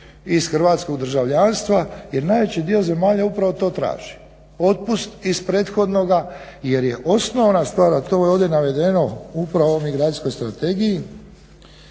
iz hrvatskog državljanstva jer najveći dio zemalja upravo to traži. Otpust iz prethodnoga jer je osnovna stvar a to je ovdje navedeno upravo u ovoj migracijskoj strategiji